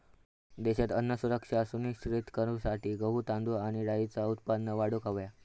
देशात अन्न सुरक्षा सुनिश्चित करूसाठी गहू, तांदूळ आणि डाळींचा उत्पादन वाढवूक हव्या